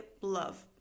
love